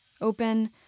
Open